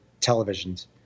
televisions